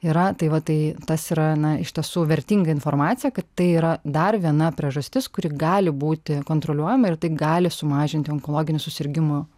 yra tai va tai tas yra na iš tiesų vertinga informacija kad tai yra dar viena priežastis kuri gali būti kontroliuojama ir tai gali sumažinti onkologinių susirgimų